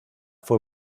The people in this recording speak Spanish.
fue